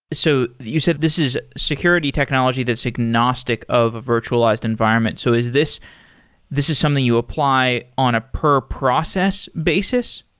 so, you said this is security technology that's agnostic of a virtualized environment. so this this is something you apply on a per process basis?